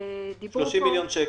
30 מיליון שקל.